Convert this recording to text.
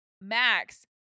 max